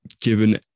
given